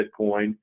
Bitcoin